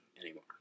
anymore